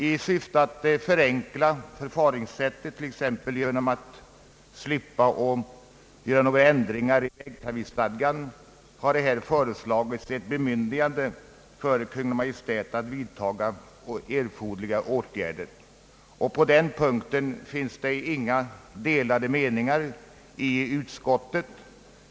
I syfte att förenkla förfaringssättet, t.ex. genom att slippa göra några ändringar i vägtrafikstadgan, har här föreslagits ett bemyndigande för Kungl. Maj:t att vidta erforderliga åtgärder, och på den punkten finns det inga delade meningar i utskottet.